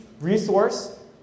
resource